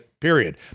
period